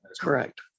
correct